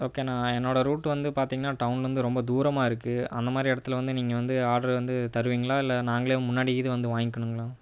ஓகேண்ணா என்னோடய ரூட் வந்து பாத்திங்கனா டவுன்லருந்து ரொம்ப தூரமாக இருக்குது அந்த மாதிரி இடத்துல வந்து நீங்கள் வந்து ஆர்டரை வந்து தருவிங்களா இல்லை நாங்களே முன்னாடி இது வந்து வாய்ங்கணுங்களா